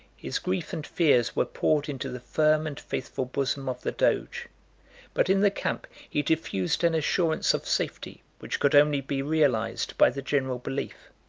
his grief and fears were poured into the firm and faithful bosom of the doge but in the camp he diffused an assurance of safety, which could only be realized by the general belief.